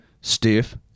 Stiff